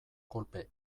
kolpe